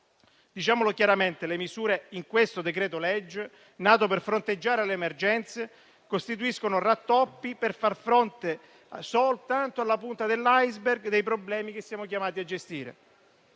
Diciamo chiaramente che le misure di questo decreto-legge, nato per fronteggiare le emergenze, costituiscono rattoppi per far fronte soltanto alla punta dell'*iceberg* dei problemi che siamo chiamati a gestire.